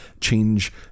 change